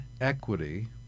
equity